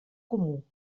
comú